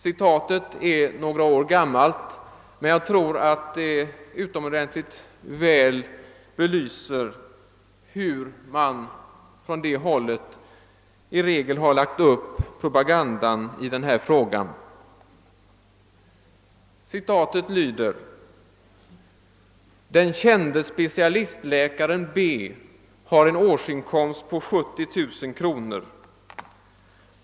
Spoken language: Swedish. Citatet är några år gammalt, men jag tror att det utomordentligt väl belyser hur man på det hållet har lagt upp propagandan i denna fråga. Citatet lyder: >Den kände specialistläkaren B har en årsinkomst på 70 000 kronor.